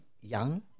young